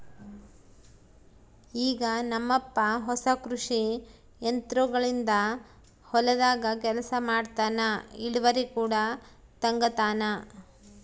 ಈಗ ನಮ್ಮಪ್ಪ ಹೊಸ ಕೃಷಿ ಯಂತ್ರೋಗಳಿಂದ ಹೊಲದಾಗ ಕೆಲಸ ಮಾಡ್ತನಾ, ಇಳಿವರಿ ಕೂಡ ತಂಗತಾನ